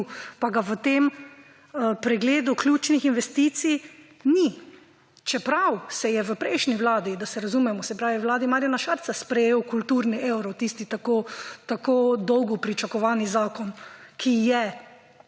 pa ga v tem pregledu ključnih investicij ni. Čeprav se je v prejšnji Vladi, da se razumemo, se pravi, v Vladi Marjana Šarca sprejel kulturni evro, tisti tako dolgo pričakovani zakon, ki je